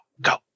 Go